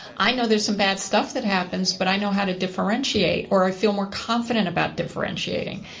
i know there's some bad stuff that happens, but i know how to differentiate or i feel more confident about differentiating,